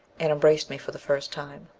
and embraced me for the first time.